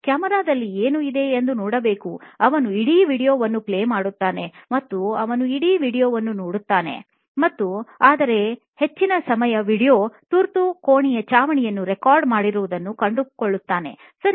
camera ನಲ್ಲಿ ಏನು ಇದೆ ಎಂದು ನೋಡಬೇಕು ಅವನು ಇಡೀ ವೀಡಿಯೊವನ್ನು ಪ್ಲೇ ಮಾಡುತ್ತಾನೆ ಮತ್ತು ಅವನು ಇಡೀ ವೀಡಿಯೊ ವನ್ನು ನೋಡಿದ್ದಾನೆ ಮತ್ತು ಆದರೆ ಹೆಚ್ಚಿನ ಸಮಯ ವೀಡಿಯೊ ತುರ್ತು ಕೋಣೆಯ ಚಾವಣಿಯನ್ನು ರೆಕಾರ್ಡ್ ಮಾಡಿರುವುದನ್ನು ಕಂಡುಕೊಳ್ಳುತ್ತಾನೆ ಸರಿ